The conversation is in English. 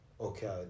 okay